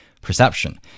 perception